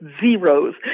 zeros